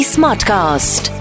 Smartcast